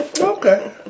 Okay